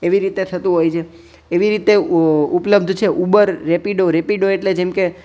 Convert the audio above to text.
એવી રીતે થતું હોય છે એવી રીતે ઉપલબ્ધ છે ઉબર રેપીડો રેપીડો એટલે જેમ કે